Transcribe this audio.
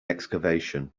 excavation